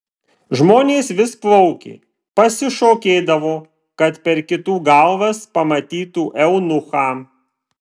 žmonės vis plaukė pasišokėdavo kad per kitų galvas pamatytų eunuchą